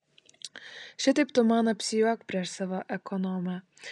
šitaip tu man apsijuok prieš savo ekonomę